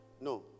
No